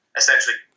essentially